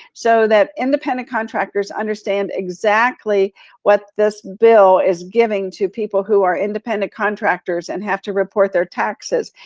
so that independent contractors understand exactly what this bill is giving to people who are independent contractors and have to report their taxes.